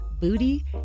booty